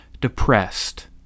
depressed